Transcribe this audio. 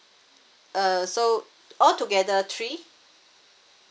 uh so all together three